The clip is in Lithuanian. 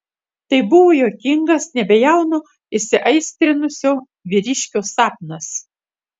tai buvo juokingas nebejauno įsiaistrinusio vyriškio sapnas